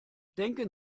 denken